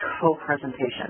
co-presentation